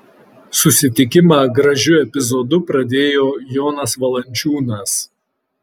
susitikimą gražiu epizodu pradėjo jonas valančiūnas